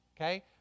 okay